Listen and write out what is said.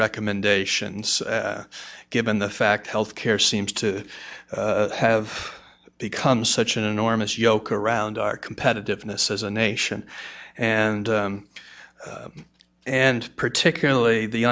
recommendations given the fact health care seems to have become such an enormous yoke around our competitiveness as a nation and and particularly the